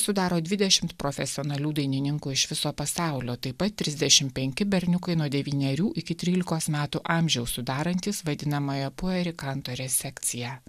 sudaro dvidešim profesionalių dainininkų iš viso pasaulio taip pat trisdešim penki berniukai nuo devynerių iki trylikos metų amžiaus sudarantys vadinamąją pueri kanto resekciją